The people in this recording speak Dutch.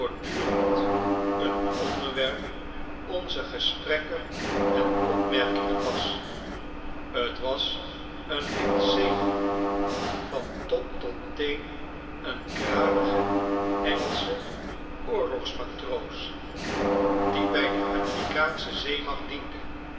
voortdurend een onderwerp onzer gesprekken en opmerkingen was t was een engelsch zeeman van top tot teen een kranige engelsche oorlogsmatroos die bij de amerikaansche zeemacht diende